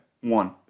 One